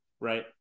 right